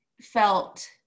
felt